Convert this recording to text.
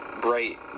bright